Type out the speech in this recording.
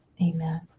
amen